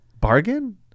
Bargain